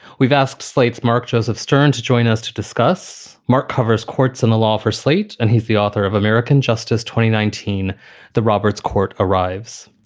we've asked slate's mark joseph stern to join us to discuss. mark covers, courts and the law for slate, and he's the author of american justice twenty nineteen the roberts court arrives.